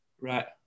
Right